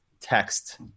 text